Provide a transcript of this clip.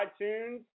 iTunes